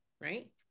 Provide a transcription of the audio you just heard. right